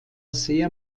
sehr